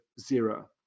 zero